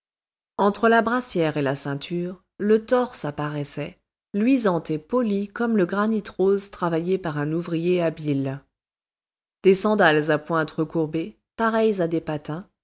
entre la brassière et la ceinture le torse apparaissait luisant et poli comme le granit rose travaillé par un ouvrier habile des sandales à pointes recourbées pareilles à des patins